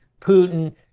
Putin